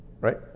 right